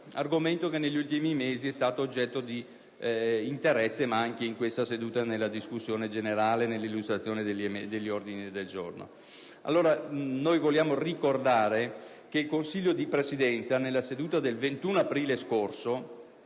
argomento che, negli ultimi mesi, è stato oggetto di interesse anche in questa seduta, nella discussione generale e nell'illustrazione degli ordini del giorno. In merito, vogliamo ricordare che il Consiglio di Presidenza, nella seduta del 21 aprile scorso,